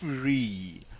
free